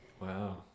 Wow